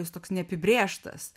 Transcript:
jis toks neapibrėžtas